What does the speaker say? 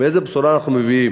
ואיזו בשורה אנחנו מביאים?